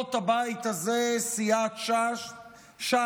מסיעות הבית הזה, סיעת ש"ס: